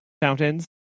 fountains